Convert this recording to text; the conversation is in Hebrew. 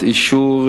הליך הרישוי